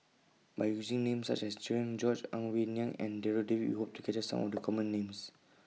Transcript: By using Names such as Cherian George Ang Wei Neng and Darryl David We Hope to capture Some of The Common Names